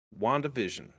WandaVision